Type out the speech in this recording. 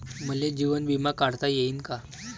मले जीवन बिमा काढता येईन का?